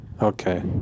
Okay